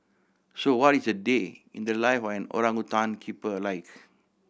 so what is a day in the life of an orangutan keeper like